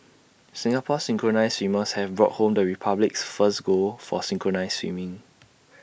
Singapore's synchronised swimmers have brought home the republic's first gold for synchronised swimming